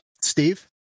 Steve